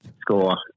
score